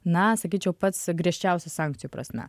na sakyčiau pats griežčiausių sankcijų prasme